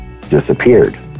disappeared